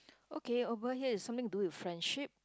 okay over here is something to do with friendship